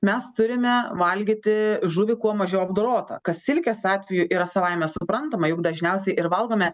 mes turime valgyti žuvį kuo mažiau apdorotą kas silkės atveju yra savaime suprantama juk dažniausiai ir valgome